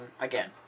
again